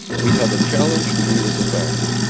we have a challenge to meet as a family.